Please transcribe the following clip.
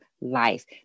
life